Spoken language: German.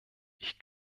ich